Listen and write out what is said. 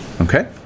Okay